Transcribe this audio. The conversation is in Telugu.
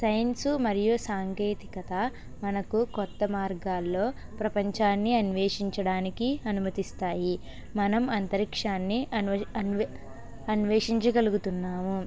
సైన్సు మరియు సాంకేతికత మనకు కొత్త మార్గాల్లో ప్రపంచాన్ని అన్వేషించడానికి అనుమతిస్తాయి మనం అంతరిక్షాన్ని అన్వే అన్వే అన్వేషించగలుగుతున్నాము